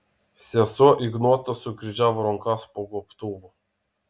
sesuo ignota sukryžiavo rankas po gobtuvu